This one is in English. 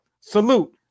salute